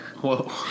Whoa